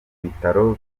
bitaro